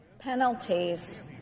penalties